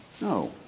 No